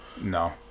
No